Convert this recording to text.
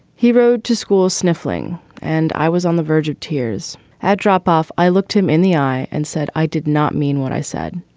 he rode to school sniffling, and i was on the verge of tears at drop off. i looked him in the eye and said i did not mean what i said.